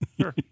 Sure